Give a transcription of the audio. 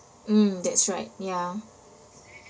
mm that's right ya